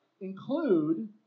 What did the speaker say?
include